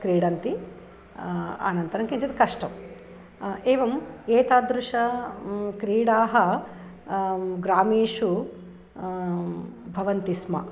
क्रीडन्ति अनन्तरं किञ्चित् कष्टम् एवम् एतादृशाः क्रीडाः ग्रामेषु भवन्ति स्म